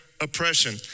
oppression